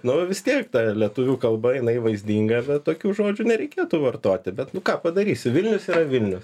nu vis tiek ta lietuvių kalba jinai vaizdinga žinot tokių žodžių nereikėtų vartoti bet nu ką padarysi vilnius yra vilnius